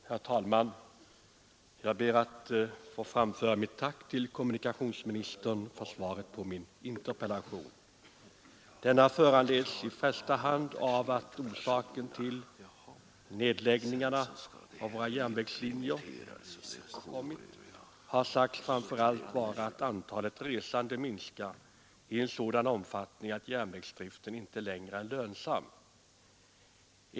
Herr talman! Jag ber att få framföra mitt tack till kommunikationsministern för svaret på min interpellation. Denna föranleddes i första hand av att orsaken till de nedläggningar av järnvägslinjer som har förekommit har sagts framför allt vara att antalet resande minskar i sådan omfattning att järnvägsdriften inte längre är lönsam.